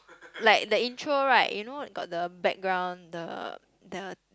like the intro right you know got the background the the